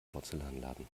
porzellanladen